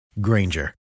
Granger